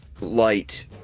light